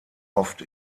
oft